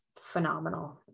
phenomenal